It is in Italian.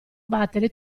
battere